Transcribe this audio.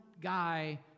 guy